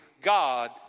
God